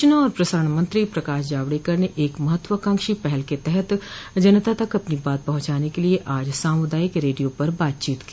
सूचना और प्रसारण मंत्री प्रकाश जावडेकर ने एक महत्वाकांक्षी पहल के तहत जनता तक अपनी बात पहुंचाने के लिए आज सामुदायिक रेडियो पर बातचीत की